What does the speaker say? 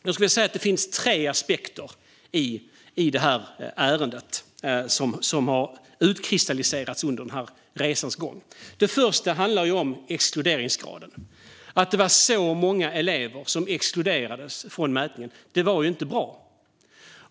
Jag skulle säga att det finns tre aspekter i detta ärende som har utkristalliserat sig under resans gång. Först handlar det om exkluderingsgraden. Att så många elever exkluderades från mätningen var inte bra.